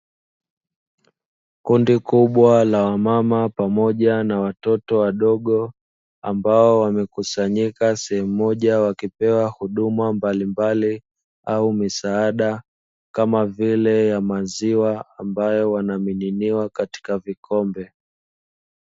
Kundi kubwa la wamama pamoja na watoto wadogo ambao wamekusanyika sehemu moja, wakipewa huduma mbalimbali au misaada kama vile ya maziwa ambayo wanamiminiwa katika vikombe.